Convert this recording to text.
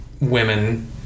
women